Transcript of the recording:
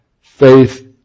faith